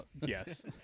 yes